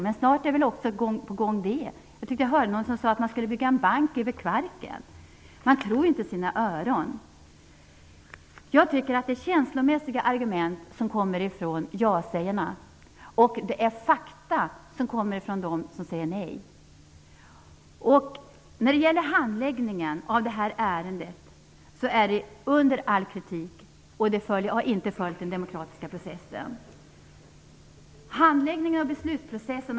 Men snart är väl också det på gång. Jag tyckte att jag hörde någon som sade att man skulle bygga en bank över Kvarken. Man tror inte sina öron. Jag tycker att det är känslomässiga argument som kommer från jasägarna, och det är fakta som kommer från dem som säger nej. Handläggningen av det här ärendet är under all kritik. Den har inte följt den demokratiska processen.